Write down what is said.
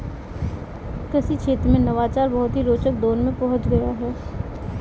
कृषि क्षेत्र में नवाचार बहुत ही रोचक दौर में पहुंच गया है